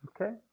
Okay